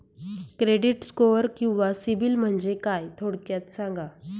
Credit score किंवा CIBIL म्हणजे काय? थोडक्यात सांगा